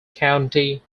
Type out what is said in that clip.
county